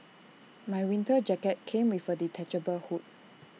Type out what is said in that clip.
my winter jacket came with A detachable hood